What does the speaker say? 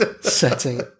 setting